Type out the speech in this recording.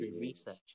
research